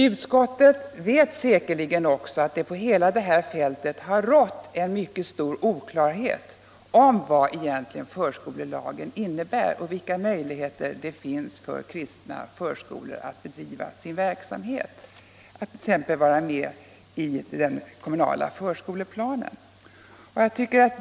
Utskottet vet säkerligen också att det på hela det här fältet har rått en mycket stor oklarhet om vad förskolelagen egentligen innebär och vilka möjligheter som finns för den kristna förskolan att bedriva sin verksamhet, t.ex. att vara med i den kommunala förskoleplanen.